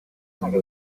hay